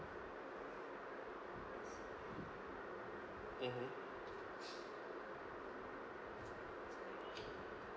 mmhmm